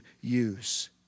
use